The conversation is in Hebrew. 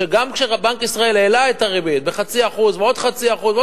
שגם כאשר בנק ישראל העלה את הריבית ב-0.5% ובעוד 0.5% ובעוד,